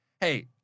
hey